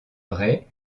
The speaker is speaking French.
vraie